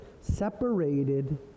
separated